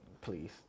please